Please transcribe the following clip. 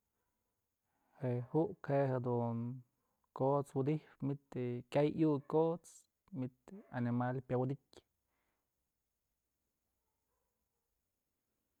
Je'e juk je'e jedun kot's widyjpë myd je'e kyay iuk kot's myd animal pyawëdytyë.